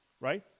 right